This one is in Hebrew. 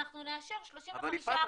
אז אנחנו נאשר 35% באופן רוחבי.